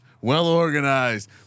well-organized